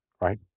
right